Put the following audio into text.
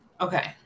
okay